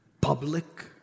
public